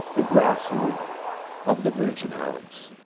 the grassroots of the virgin islands.